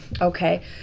okay